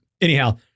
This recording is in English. Anyhow